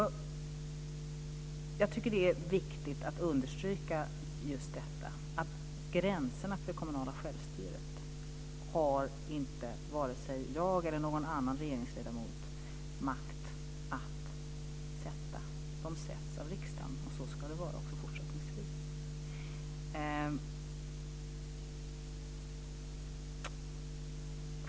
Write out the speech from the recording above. Jag tycker att det är viktigt att understryka just detta, att gränserna för det kommunala självstyret har inte vare sig jag eller någon annan regeringsledamot makt att sätta. De sätts av riksdagen, och så ska det vara också fortsättningsvis.